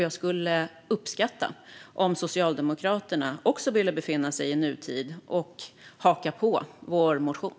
Jag skulle uppskatta om Socialdemokraterna också ville befinna sig i nutid och haka på vår motion.